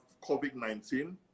COVID-19